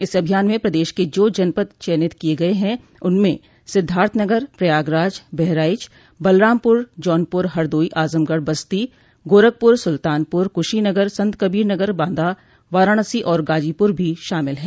इस अभियान में प्रदेश के जो जनपद चयनित किये गये हैं उनमें सिद्धार्थनगर प्रयागराज बहराइच बलरामपुर जौनपुर हरदोई आजमगढ़ बस्ती गोरखपुर सुल्तानपुर कुशीनगर संतकबीरनगर बांदा वाराणसी और गाजीपुर भी शामिल है